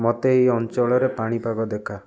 ମୋତେ ଏହି ଅଞ୍ଚଳରେ ପାଣିପାଗ ଦେଖା